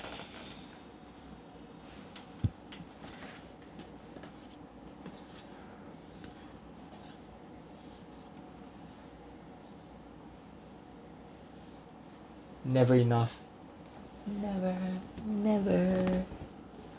never enough never never